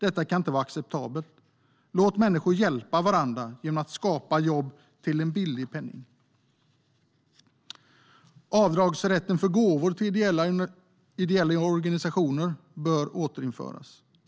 Detta kan inte vara acceptabelt. Låt människor hjälpa varandra genom att skapa jobb till en billig penning! Avdragsrätten för gåvor till ideella organisationer bör återinföras.